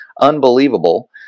Unbelievable